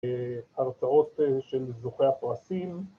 ‫הרצאות של זוכי הפרסים.